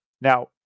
now